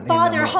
Father